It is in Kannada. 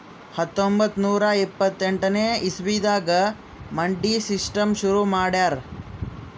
ಹತ್ತೊಂಬತ್ತ್ ನೂರಾ ಇಪ್ಪತ್ತೆಂಟನೇ ಇಸವಿದಾಗ್ ಮಂಡಿ ಸಿಸ್ಟಮ್ ಶುರು ಮಾಡ್ಯಾರ್